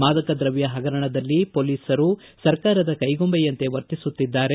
ಮಾದಕ ದ್ರವ್ಯ ಪಗರಣದಲ್ಲಿ ಪೊಲೀಸರು ಸರ್ಕಾರದ ಕೈಗೊಂಬೆಯಂತೆ ವರ್ತಿಸುತ್ತಿದ್ದಾರೆ